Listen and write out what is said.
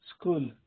school